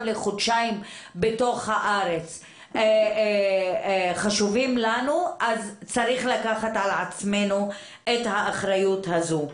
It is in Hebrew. לחודשיים בתוך הארץ חשובים לנו אז צריך לקחת על עצמנו את האחריות הזו.